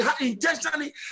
intentionally